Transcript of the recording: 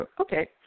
Okay